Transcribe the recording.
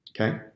Okay